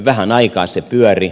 vähän aikaa se pyöri